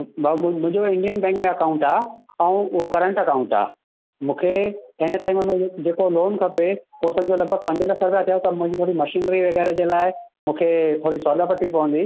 भाउ मुंहिंजो Indian bank में अकाउंट आहे ऐं उहो करंट अकाउंट आहे मूंखे हिन टाइम में जेको लोन खपे हो समिझो लॻिभॻि पंज लख अचे त मुंहिंजी थोरी मशीनरी वग़ैरह जे लाइ मूंखे थोरी सहूलियत थी पवंदी